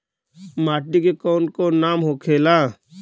माटी के कौन कौन नाम होखे ला?